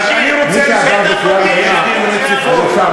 אני רוצה, מה שעבר בקריאה ראשונה, אז אפשר.